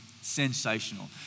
sensational